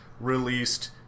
released